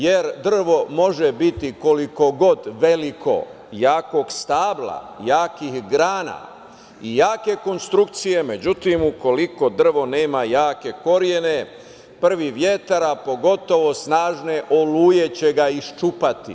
Jer, drvo može biti koliko god veliko, jakog stabla, jakih grana i jake konstrukcije, međutim ukoliko drvo nema jake korene, prvi vetar, a pogotovo snažne oluje će ga iščupati.